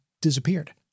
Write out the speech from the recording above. disappeared